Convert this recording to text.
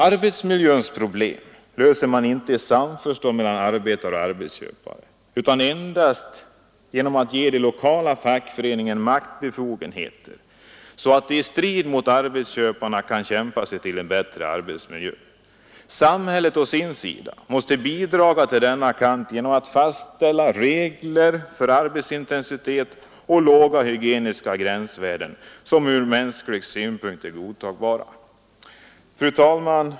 Arbetsmiljöns problem löser man inte i samförstånd mellan arbetare och arbetsköpare utan endast genom att ge de lokala fackföreningarna maktbefogenheter, så att de i strid med arbetsköparna kan kämpa sig till en bättre arbetsmiljö. Samhället å sin sida måste bidra till denna kamp genom att fastställa regler för arbetsintensitet och låga hygieniska gränsvärden, som från mänsklig synpunkt är godtagbara. Fru talman!